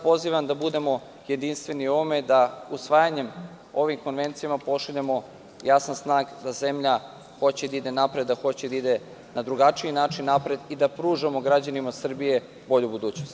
Pozivam vas da budemo jedinstveni u ovome i da usvajanjem ovih konvencija, pošaljemo jasan znak da zemlja hoće da ide napred, da ide na drugačiji način napred i da pružamo građanima Srbije bolju budućnost.